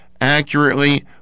accurately